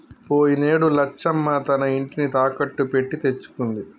పోయినేడు లచ్చమ్మ తన ఇంటిని తాకట్టు పెట్టి తెచ్చుకుంది